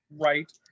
Right